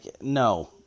no